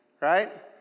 right